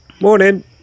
Morning